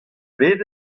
bet